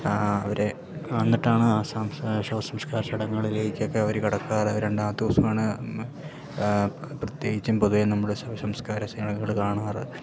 അവരെ വന്നിട്ടാണ് ആ ശവശംസ്കാര ചടങ്ങുകളിലേക്കൊക്കെ അവർ കടക്കാറ് രണ്ടാമത്ത ദിവസമാണ് പ്രത്യേകിച്ചും പൊതുവേ നമ്മുടെ ശവസംസ്കാര ചടങ്ങുകൾ കാണാറ്